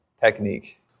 technique